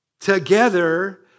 together